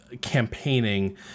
campaigning